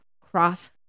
cross